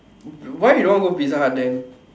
why you don't want go pizza hut then